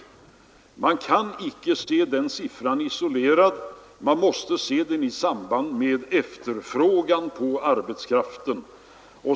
Men man kan icke se den siffran isolerad, man måste se den i samband med efterfrågan på arbetskraft.